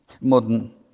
Modern